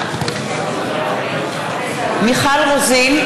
מיכל רוזין,